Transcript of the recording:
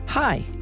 Hi